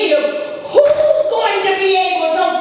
you know